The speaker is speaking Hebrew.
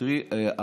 תראי,